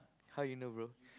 how you know bro